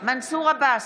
מנסור עבאס,